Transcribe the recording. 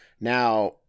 Now